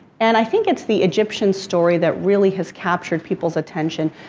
and i think it's the egyptian story that really has captured people's attention.